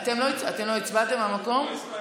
אתם לא הצבעתם מהמקום?